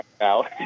now